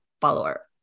follower